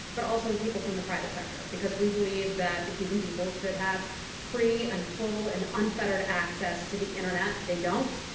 but also people from the private sector, because we believe that the cuban people should have free and full and unfettered access to the internet. they don't.